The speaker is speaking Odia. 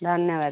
ଧନ୍ୟବାଦ